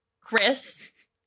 Chris